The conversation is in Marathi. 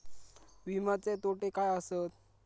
विमाचे तोटे काय आसत?